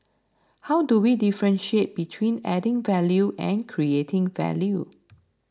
how do we differentiate between adding value and creating value